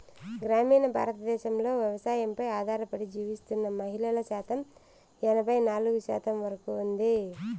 గ్రామీణ భారతదేశంలో వ్యవసాయంపై ఆధారపడి జీవిస్తున్న మహిళల శాతం ఎనబై నాలుగు శాతం వరకు ఉంది